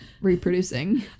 reproducing